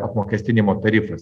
apmokestinimo tarifas